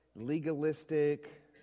legalistic